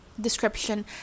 description